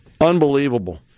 Unbelievable